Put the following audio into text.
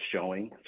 showing